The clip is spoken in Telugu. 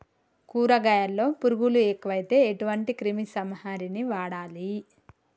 కూరగాయలలో పురుగులు ఎక్కువైతే ఎటువంటి క్రిమి సంహారిణి వాడాలి?